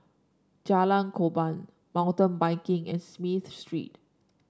Jalan Korban Mountain Biking and Smith Street